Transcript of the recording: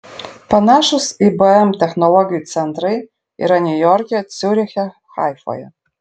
panašūs ibm technologijų centrai yra niujorke ciuriche ir haifoje